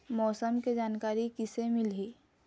मौसम के जानकारी किसे मिलही?